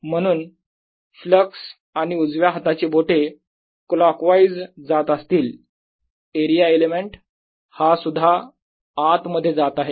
म्हणून फ्लक्स आणि उजव्या हाताची बोटे क्लॉकवाईज जात असतील एरिया एलिमेंट हा सुद्धा आत मध्ये जात आहे